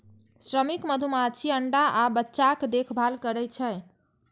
श्रमिक मधुमाछी अंडा आ बच्चाक देखभाल करै छै